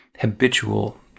habitual